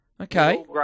Okay